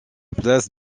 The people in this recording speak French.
place